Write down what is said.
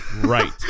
Right